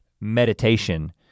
meditation